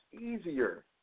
easier